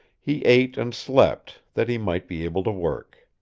he ate and slept, that he might be able to work.